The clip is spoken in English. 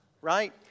right